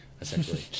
essentially